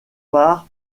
par